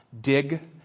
dig